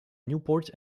newport